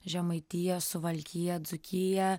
žemaitiją suvalkiją dzūkiją